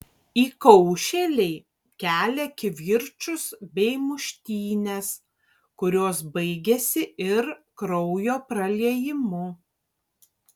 įkaušėliai kelia kivirčus bei muštynes kurios baigiasi ir kraujo praliejimu